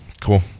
cool